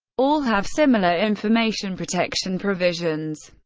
all have similar information protection provisions.